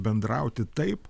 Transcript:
bendrauti taip